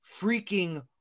freaking